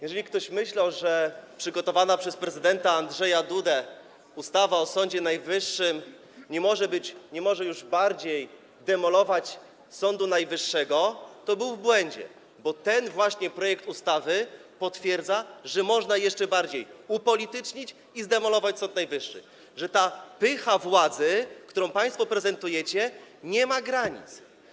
Jeżeli ktoś myślał, że przygotowana przez prezydenta Andrzeja Dudę ustawa o Sądzie Najwyższym nie może już bardziej demolować Sądu Najwyższego, to był w błędzie, bo ten właśnie projekt ustawy potwierdza, że można jeszcze bardziej upolitycznić i zdemolować Sąd Najwyższy, że ta pycha władzy, którą państwo prezentujecie, nie ma granic.